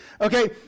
okay